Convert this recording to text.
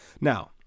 Now